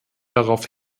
darauf